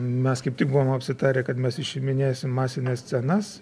mes kaip tik buvom apsitarę kad mes išiminėsim masines scenas